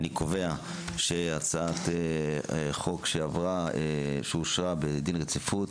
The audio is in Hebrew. אני קובע שהצעת החוק שאושרה בדין רציפות